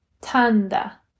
tanda